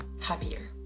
happier